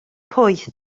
poeth